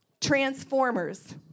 Transformers